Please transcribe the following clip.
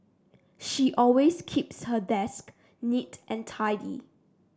she always keeps her desk neat and tidy